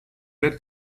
del